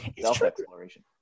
self-exploration